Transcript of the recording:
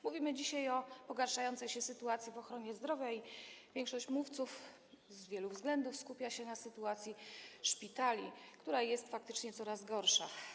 Mówimy dzisiaj o pogarszającej się sytuacji w ochronie zdrowia i większość mówców, z wielu względów, skupia się na sytuacji szpitali, która jest faktycznie coraz gorsza.